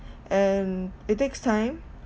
and it takes time